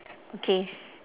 okay